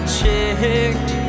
checked